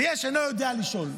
ויש שאינו יודע לשאול,